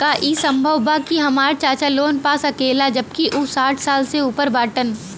का ई संभव बा कि हमार चाचा लोन पा सकेला जबकि उ साठ साल से ऊपर बाटन?